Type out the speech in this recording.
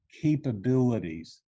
capabilities